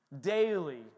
daily